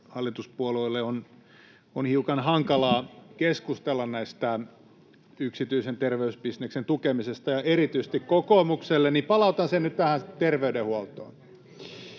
kokoomukselle on hiukan hankalaa keskustella tästä yksityisen terveysbisneksen tukemisesta, niin palautan sen nyt tähän terveydenhuoltoon.